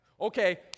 okay